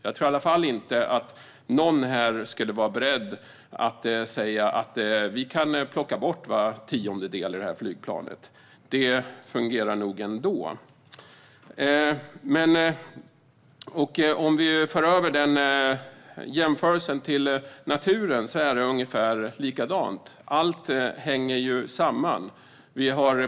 Jag tror i alla fall inte att någon här skulle vara beredd att säga att vi kan plocka bort var tionde del i flygplanet och att det nog kommer att fungera ändå. Om vi för över den jämförelsen till naturen är det ungefär likadant där. Allt hänger samman.